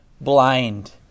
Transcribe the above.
blind